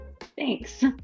thanks